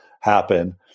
happen